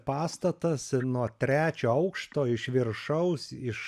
pastatas ir nuo trečio aukšto iš viršaus iš